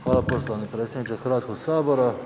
Hvala poštovani predsjedniče Hrvatskog sabora.